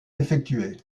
effectué